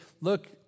look